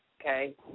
Okay